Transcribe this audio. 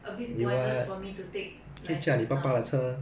a bit pointless for me to take license now